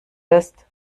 ist